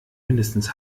mindestens